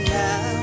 now